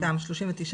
40%-39%,